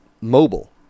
mobile